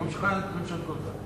אם היא ממשיכה את ממשלת גולדה.